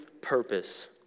purpose